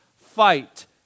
fight